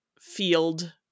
field